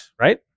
right